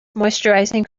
moisturising